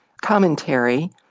commentary